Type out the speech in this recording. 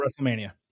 WrestleMania